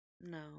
No